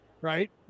right